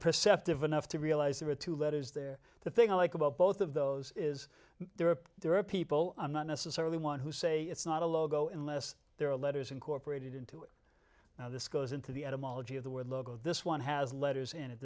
perceptive enough to realize there are two letters there the thing i like about both of those is there are there are people i'm not necessarily one who say it's not a logo unless there are letters incorporated into it this goes into the etymology of the word logo this one has letters in it